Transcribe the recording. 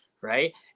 right